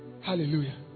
Hallelujah